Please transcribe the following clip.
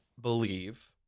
believe